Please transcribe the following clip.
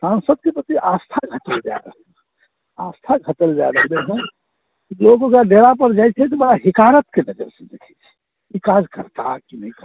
सान्सदके प्रति आस्था घटल जा रहल छै आस्था घटल जा रहलै हँ लोक ओकरा डेरा पर जाइ छथि तऽ ओ भिखारीक दृष्टि से देखै छै ई कारकर्ता छी